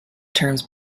terms